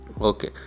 Okay